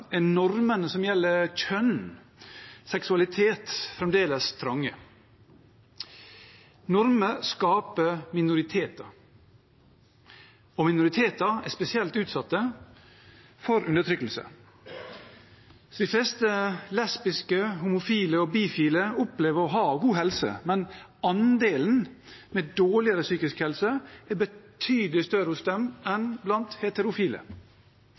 normene som gjelder kjønn og seksualitet, fremdeles trange. Normene skaper minoriteter, og minoriteter er spesielt utsatt for undertrykkelse. De fleste lesbiske, homofile og bifile opplever å ha god helse, men andelen med dårligere psykisk helse er betydelig større hos dem enn blant heterofile.